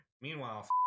Meanwhile